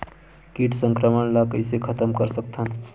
कीट संक्रमण ला कइसे खतम कर सकथन?